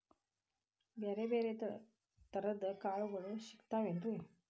ಬ್ಯಾರೆ ಬ್ಯಾರೆ ತರದ್ ಕಾಳಗೊಳು ಸಿಗತಾವೇನ್ರಿ?